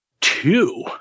two